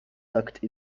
tucked